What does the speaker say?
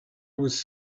was